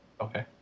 Okay